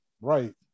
Right